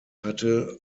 hatte